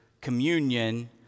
communion